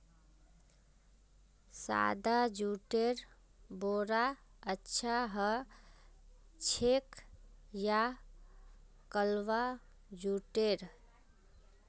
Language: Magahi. सादा जुटेर बोरा अच्छा ह छेक या कलवा जुटेर